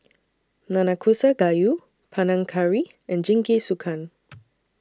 Nanakusa Gayu Panang Curry and Jingisukan